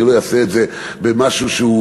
אני לא אעשה את זה למשהו שהוא,